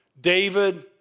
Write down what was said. David